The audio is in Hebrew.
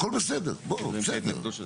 הכל בסדר, בוא, הכל בסדר.